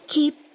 Keep